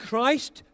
Christ